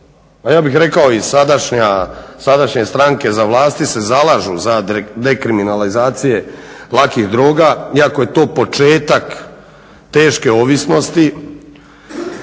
ja bih rekao i sadašnje stranke za vlasti se zalažu za dekriminalizacije lakih droga iako je to početak teške ovisnosti,